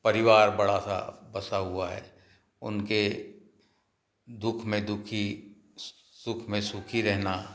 परिवार बड़ा सा बसा हुआ है उनके दुख में दुखी सुख में सुखी रहना